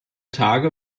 tage